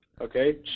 Okay